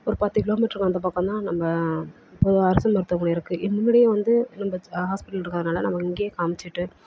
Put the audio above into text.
ஒரு பத்து கிலோமீட்டருக்கு அந்த பக்கம் தான் நம்ம ஒரு அரசு மருத்துவமனை இருக்குது இன்னும் முன்னாடியே வந்து நம்ம ஹாஸ்பிட்டல் இருக்கறனால் நாங்கள் இங்கேயே காண்மிச்சிட்டு